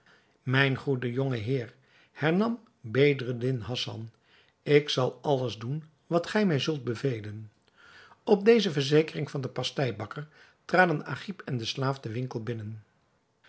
mijn goede jongeheer hernam bedreddin hassan ik zal alles doen wat gij mij zult bevelen op deze verzekering van den pasteibakker traden agib en de slaaf den winkel binnen